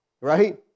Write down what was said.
right